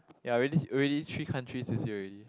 ya already already three countries this year already